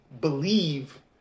believe